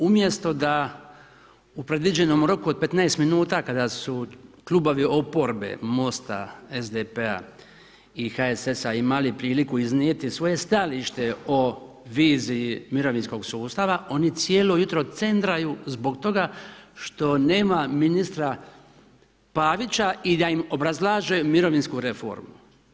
Umjesto da u predviđenom roku od 15 minuta, kada su klubovi oporbe Mosta, SDP-a i HSS-a imali priliku iznijeti svoje stajalište o viziji mirovinskog sustava, oni cijelo jutro cendraju zbog toga što nema ministara Pavića i da im obrazlaže mirovinsku reformu.